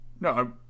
No